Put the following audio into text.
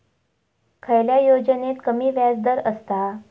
खयल्या योजनेत कमी व्याजदर असता?